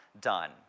done